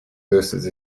hosted